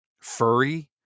furry